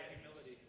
humility